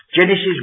Genesis